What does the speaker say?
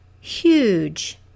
huge